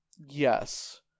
Yes